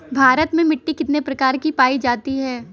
भारत में मिट्टी कितने प्रकार की पाई जाती हैं?